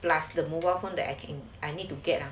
plus the mobile phone that I I need to get ah